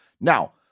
Now